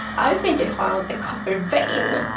i think i found a copper vein.